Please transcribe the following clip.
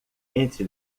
entre